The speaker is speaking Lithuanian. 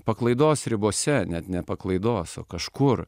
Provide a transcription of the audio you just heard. paklaidos ribose net ne paklaidos o kažkur